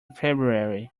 february